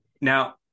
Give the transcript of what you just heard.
Now